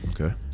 okay